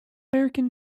american